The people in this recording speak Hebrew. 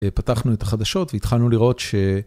א-פתחנו את החדשות, והתחלנו לראות ש...